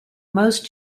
most